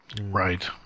Right